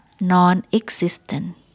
non-existent